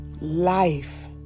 life